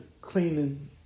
cleaning